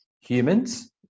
Humans